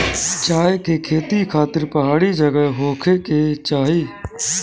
चाय के खेती खातिर पहाड़ी जगह होखे के चाही